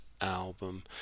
album